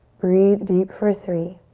breathe deep for three.